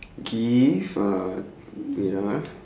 give a wait ah